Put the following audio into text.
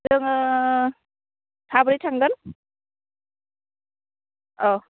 जोङो साब्रै थांगोन औ